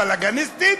בלגניסטית,